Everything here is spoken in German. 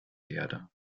erde